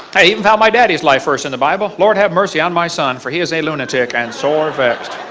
i even found my dad's life verse in the bible too, lord have mercy on my son for he is a lunatic, and sore vexed.